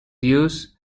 use